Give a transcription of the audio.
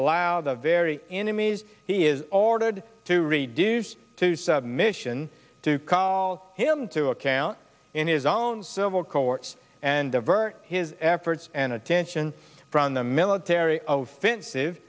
allow the very enemies he is altered to reduce to submission to call him to account in his own civil courts and divert his efforts and attention from the military of offen